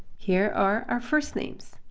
here are our first names.